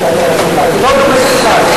זה לא דומה בכלל.